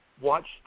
watched